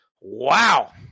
Wow